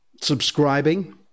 subscribing